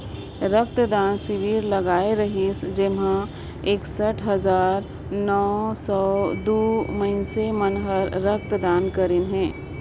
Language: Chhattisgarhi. रक्त दान सिविर लगाए रिहिस जेम्हें एकसठ हजार नौ सौ दू मइनसे मन हर रक्त दान करीन हे